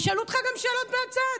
ישאלו אותך גם שאלות מהצד.